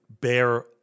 bear